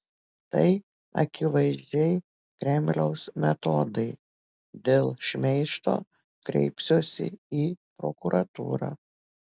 tai akivaizdžiai kremliaus metodai dėl šmeižto kreipsiuosi į prokuratūrą